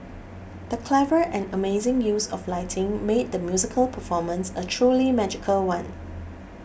the clever and amazing use of lighting made the musical performance a truly magical one